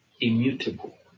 Immutable